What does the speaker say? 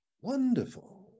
wonderful